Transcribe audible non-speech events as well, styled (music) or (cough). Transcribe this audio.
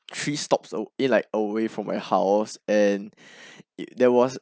three stops away eh like away from my house and (breath) there was